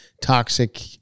toxic